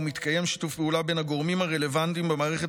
ומתקיים שיתוף פעולה בין הגורמים הרלוונטיים במערכת